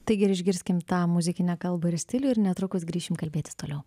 taigi ir išgirskim tą muzikinę kalbą ir stilių ir netrukus grįšim kalbėtis toliau